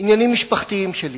עניינים משפחתיים שלי.